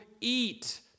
eat